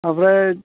ओमफ्राय